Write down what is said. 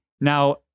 Now